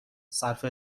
صرف